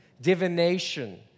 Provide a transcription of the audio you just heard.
divination